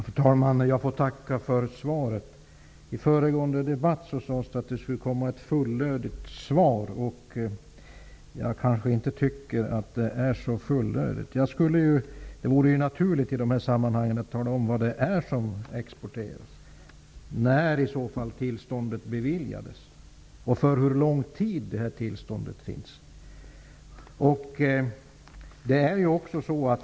Fru talman! Jag får tacka för svaret. I föregående debatt sades det att det skulle komma ett fullödigt svar. Jag tycker kanske inte att det är så fullödigt. Det vore naturligt i dessa sammanhang att tala om vad det är som eventuellt exporteras och i så fall när tillståndet beviljades och för hur lång tid detta tillstånd gäller.